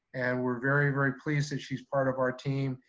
and we're very, very pleased that she's part of our team.